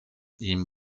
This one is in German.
ihm